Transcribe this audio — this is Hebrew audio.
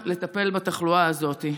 וזה הזמן לטפל בתחלואה הזאת.